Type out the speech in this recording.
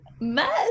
mess